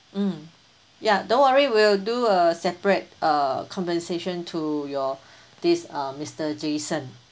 mm ya don't worry we'll do a separate uh compensation to your this uh mister jason